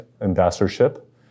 ambassadorship